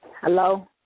Hello